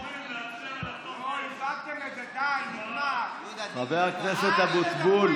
חבר הכנסת אבוטבול.